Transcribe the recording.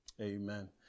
Amen